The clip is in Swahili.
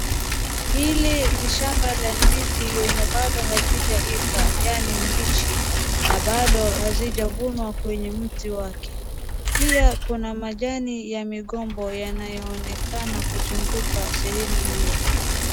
Hili ni shamba la ndizi yenye bado hazijaiva yani mbichi, na bado hazijavunwa kwenye mti wake, pia kuna majani ya migombo yanayoonekana kuzunguka sehemu hiyo.